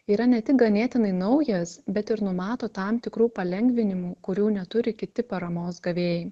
yra ne tik ganėtinai naujas bet ir numato tam tikrų palengvinimų kurių neturi kiti paramos gavėjai